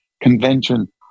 convention